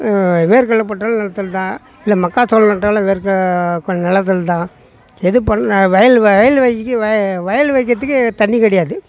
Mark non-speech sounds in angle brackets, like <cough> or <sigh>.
வேர்க்கடல்ல போட்டாலும் நிலத்துல தான் இல்லை மக்காச்சோளம் நட்டாலும் வேர்க்கட <unintelligible> நிலத்துல தான் எது பண் வயல் வயல் வேலைக்கு வ வயல் வைக்கிறதுக்கு தண்ணி கிடையாது